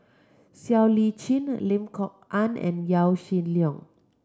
Siow Lee Chin Lim Kok Ann and Yaw Shin Leong